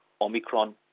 Omicron